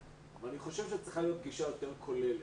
ואני חושב שצריכה להיות גישה יותר כוללת.